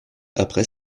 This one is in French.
après